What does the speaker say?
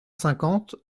cinquante